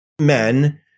men